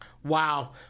Wow